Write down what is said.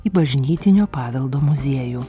į bažnytinio paveldo muziejų